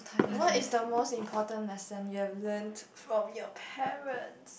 what is the most important lesson you have learnt from your parents